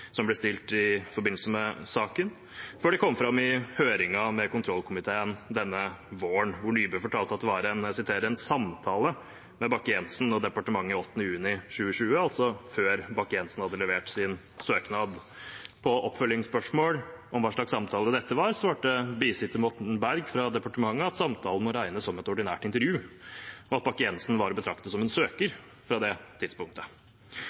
som ble stilt i forbindelse med saken – før det kom fram i høringen i kontrollkomiteen denne våren, hvor Nybø fortalte at det var «en samtale med Frank Bakke-Jensen den 8. juni», altså før Bakke-Jensen hadde levert sin søknad. På oppfølgingsspørsmål om hva slags samtale dette var, svarte bisitter Morten Berg fra departementet at samtalen måtte regnes som et ordinært intervju, og at Bakke-Jensen var å betrakte som en søker fra det tidspunktet.